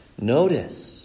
Notice